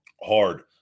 hard